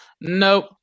Nope